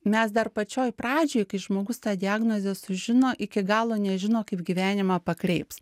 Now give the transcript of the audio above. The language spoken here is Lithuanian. mes dar pačioj pradžioj kai žmogus tą diagnozę sužino iki galo nežino kaip gyvenimą pakreips